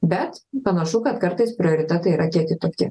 bet panašu kad kartais prioritetai yra kiek kitokie